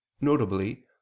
notably